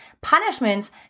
punishments